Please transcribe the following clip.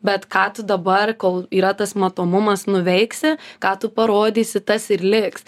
bet ką tu dabar kol yra tas matomumas nuveiksi ką tu parodysi tas ir liks